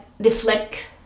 deflect